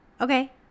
Okay